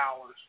hours